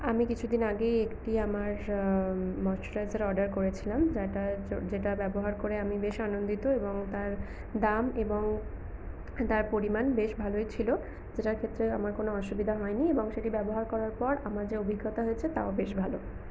আমি কিছুদিন আগেই একটি আমার ময়শ্চারাইজার অর্ডার করেছিলাম যাটা যেটা ব্যবহার করে আমি বেশ আনন্দিত এবং তার দাম এবং তার পরিমাণ বেশ ভালোই ছিল যেটার ক্ষেত্রে আমার কোনো অসুবিধা হয়নি এবং সেটি ব্যবহার করার পর আমার যা অভিজ্ঞতা হয়েছে তাও বেশ ভালো